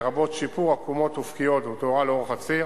לרבות שיפור עקומות אופקיות ותאורה לאורך הציר,